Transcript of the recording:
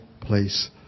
place